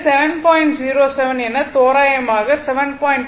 07 என தோராயமாக 7